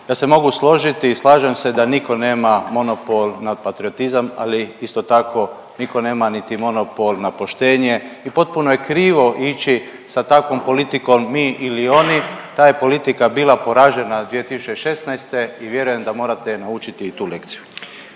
da se mogu složiti i slažem se da nitko nema monopol nad patriotizam ali isto tako nitko nema niti monopol na poštenje i potpuno je krivo ići sa takvom politikom, mi ili oni. Ta je politika bila poražena 2016. i vjerujem da morate naučiti i tu lekciju.